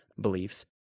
beliefs